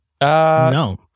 no